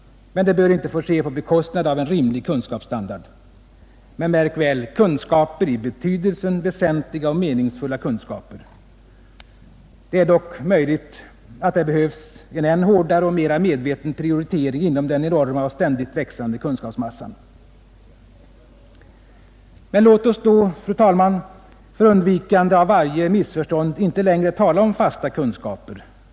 Men det bör inte få ske på bekostnad av en rimlig kunskapsstandard — men märk väl kunskaper i betydelsen väsentliga och meningsfulla kunskaper. Det är dock möjligt att det behövs en än hårdare och mera medveten prioritering inom den enorma och ständigt växande kunskapsmassan. Låt oss då, fru talman, för undvikande av varje missförstånd inte längre tala om fasta kunskaper.